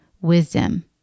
wisdom